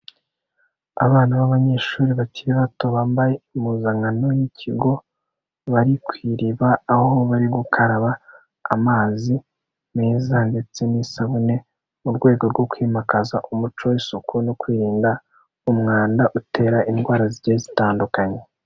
Abana b'abanyeshuri bakiri bato bambaye impuzankano y'ikigo, bari ku iriba aho bari gukaraba amazi meza ndetse n'isabune, mu rwego rwo kwimakaza umuco w'isuku no kwirinda umwanda utera indwara zigiye zitandukanye.